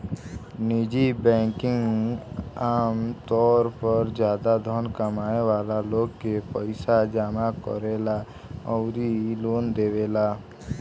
निजी बैंकिंग आमतौर पर ज्यादा धन कमाए वाला लोग के पईसा जामा करेला अउरी लोन देवेला